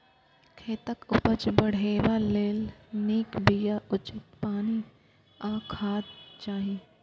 खेतक उपज बढ़ेबा लेल नीक बिया, उचित पानि आ खाद चाही